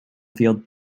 field